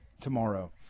tomorrow